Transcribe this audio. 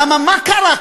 למה מה קרה?